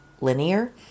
linear